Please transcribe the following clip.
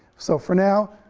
so for now,